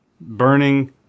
burning